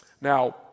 Now